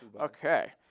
okay